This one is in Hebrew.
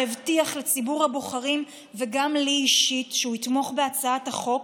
שהבטיח לציבור הבוחרים וגם לי אישית שהוא יתמוך בהצעת החוק,